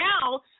now